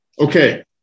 Okay